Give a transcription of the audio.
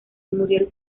muriel